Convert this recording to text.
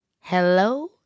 Hello